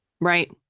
right